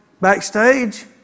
backstage